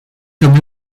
comme